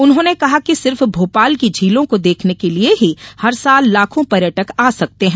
उन्होंने कहा कि सिर्फ भोपाल की झीलों को देखने के लिए ही हर साल लाखों पर्यटक आ सकते हैं